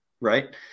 Right